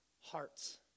hearts